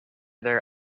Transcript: their